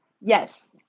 yes